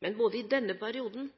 Men både i denne perioden